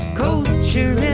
culture